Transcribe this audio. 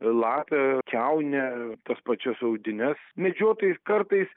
lapę kiaunę tas pačias audines medžiotojai kartais